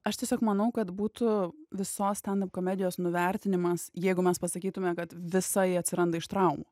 aš tiesiog manau kad būtų visos stendap komedijos nuvertinimas jeigu mes pasakytume kad visa ji atsiranda iš traumų